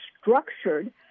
structured